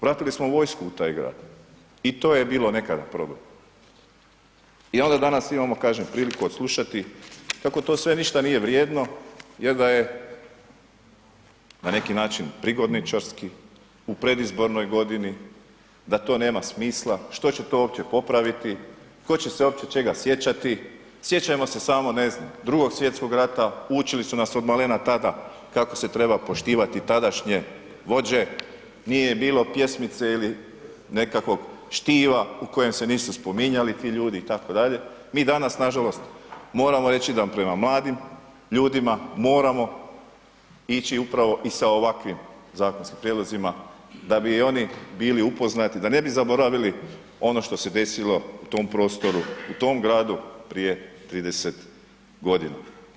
Vratili smo vojsku u taj Grad, i to je bilo nekada problem, i onda danas imamo, kažem, priliku odslušati kako to sve ništa nije vrijedno, jer da je, na neki način prigodničarski, u pred izbornoj godini, da to nema smisla, što će to uopće popraviti, tko će se opće čega sjećati, sjećajmo se samo, ne znam, Drugog svjetskog rata, učili su nas od malena tada kako se treba poštivati tadašnje vođe, nije bilo pjesmice ili nekakvog štiva u kojem se nisu spominjali ti ljudi i tako dalje, mi danas nažalost moramo reći da prema mladim ljudima moramo ići upravo i sa ovakvim zakonskim prijedlozima da bi i oni bili upoznati, da ne bi zaboravili ono što se desilo u tom prostoru, u tom Gradu prije trideset godina.